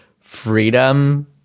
freedom